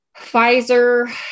Pfizer